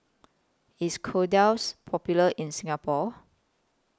IS Kordel's Popular in Singapore